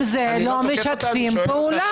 עם זה לא משתפים פעולה.